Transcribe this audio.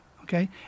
okay